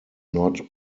not